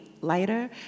lighter